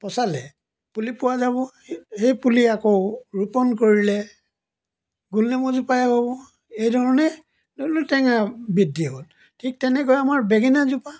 পচালে পুলি পোৱা যাব সেই পুলি আকৌ ৰোপণ কৰিলে গোল নেমু জোপায়ো এইধৰণে ধৰি লওক টেঙা বৃদ্ধি হ'ল ঠিক তেনেকৈ আমাৰ বেঙেনাজোপা